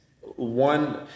one